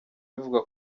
bivugwa